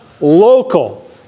local